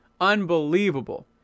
unbelievable